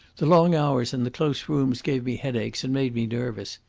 the long hours in the close rooms gave me headaches and made me nervous.